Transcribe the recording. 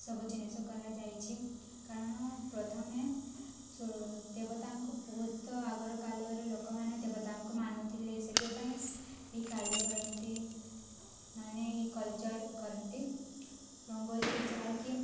ସବୁ ଜିନିଷ କରାଯାଇଛି କାରଣ ପ୍ରଥମେ ସୁ ଦେବତାଙ୍କୁ ବହୁତ ଆଗରକାଳର ଲୋକମାନେ ଦେବତାଙ୍କୁ ମାନୁଥିଲେ ସେଥିପାଇଁ ଏହି କାର୍ଯ୍ୟ କରନ୍ତି ମାନେ ଏହି କଲଚର୍ କରନ୍ତି ରଙ୍ଗୋଲି ଯାହାକି